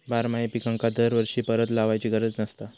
बारमाही पिकांका दरवर्षी परत लावायची गरज नसता